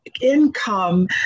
income